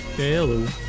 Hello